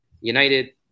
United